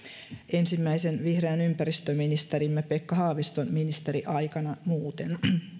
ensimmäisen vihreän ympäristöministerimme pekka haaviston ministeriaikana muuten